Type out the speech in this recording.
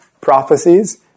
prophecies